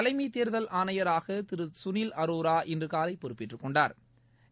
தலைமைதேர்தல் ஆணையராகதிருகளில் அரோரா இன்றுகாலைபொறுப்பேற்றுகொண்டாா்